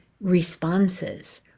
responses